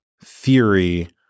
theory